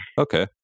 Okay